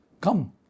Come